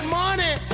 money